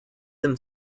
them